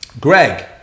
Greg